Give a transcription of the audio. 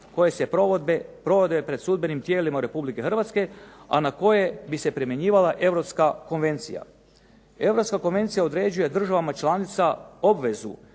koje se provode pred sudbenim tijelima Republike Hrvatske, a na koje bi se primjenjivala Europska konvencija. Europska konvencija određuje državama članica obvezu